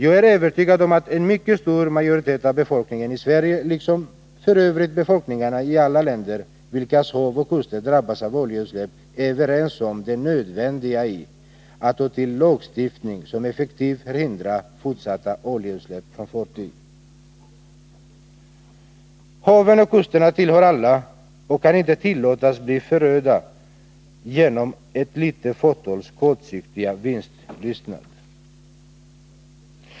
Jag är övertygad om att en mycket stor majoritet av befolkningen i Sverige, liksom f. ö. befolkningarna i alla länder vilkas hav och kuster drabbas av oljeutsläpp, är överens om det nödvändiga i att man måste ta till lagstiftning som effektivt förhindrar fortsatta oljeutsläpp från fartyg. Haven och kusterna tillhör alla och kan inte tillåtas bli förödda genom ett litet fåtals kortsiktiga vinningslystnad.